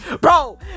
Bro